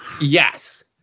Yes